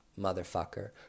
motherfucker